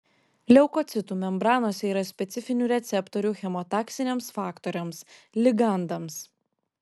leukocitų membranose yra specifinių receptorių chemotaksiniams faktoriams ligandams